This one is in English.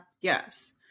Yes